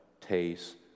taste